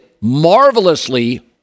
marvelously